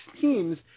teams